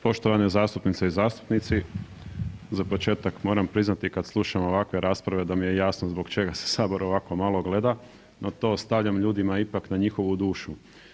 Poštovane zastupnice i zastupnici, za početak moram priznati kad slušam ovakve rasprave da mi je jasno zbog čega se sabor ovako malo gleda, no to ostavljam ljudima ipak na njihovu dušu.